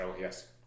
yes